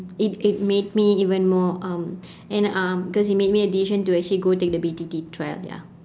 it it made me even more um and um cause it made me the decision to go take the B_T_T trial ya